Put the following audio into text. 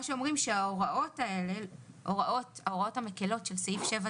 אומרים שההוראות המקלות של סעיף 7,